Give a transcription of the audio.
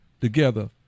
together